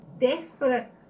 desperate